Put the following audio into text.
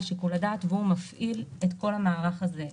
שיקול הדעת והוא מפעיל את כל המערך הזה.